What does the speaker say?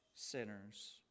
sinners